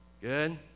Good